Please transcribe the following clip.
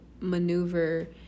maneuver